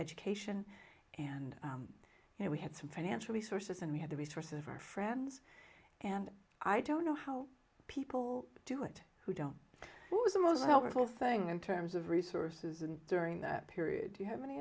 education and you know we had some financial resources and we had the resources of our friends and i don't know how people do it who don't was the most helpful thing in terms of resources and during that period you have any